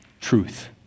truth